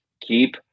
keep